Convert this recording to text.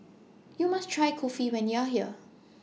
YOU must Try Kulfi when YOU Are here